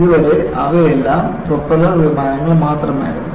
അതുവരെ അവയെല്ലാം പ്രൊപ്പല്ലർ വിമാനങ്ങൾ മാത്രമായിരുന്നു